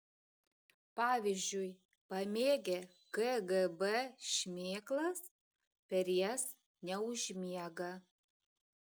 pavyzdžiui pamėgę kgb šmėklas per jas neužmiega